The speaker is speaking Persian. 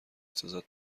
سازد